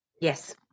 Yes